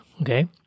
okay